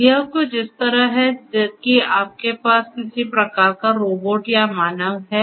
तो यह कुछ इस तरह है कि आपके पास किसी प्रकार का रोबोट या मानव है